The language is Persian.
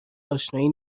اشنایی